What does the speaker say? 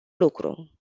lucru